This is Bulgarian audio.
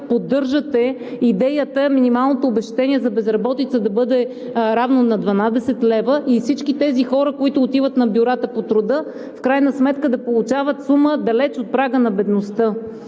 поддържате идеята минималното обезщетение за безработица да бъде равно на 12 лв. и всички тези хора, които отиват в бюрата по труда, в крайна сметка да получават сума, далеч от прага на бедността.